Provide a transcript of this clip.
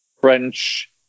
French